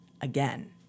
again